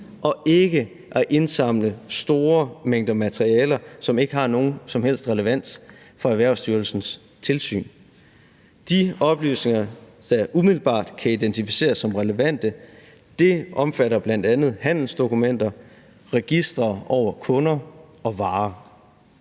og ikke at indsamle store mængder materiale, som ikke har nogen som helst relevans for Erhvervsstyrelsens tilsyn. De oplysninger, der umiddelbart kan identificeres som relevante, omfatter bl.a. handelsdokumenter og registre over kunder og varer.